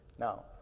Now